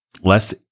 less